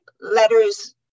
Letters